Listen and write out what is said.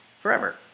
forever